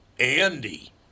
Andy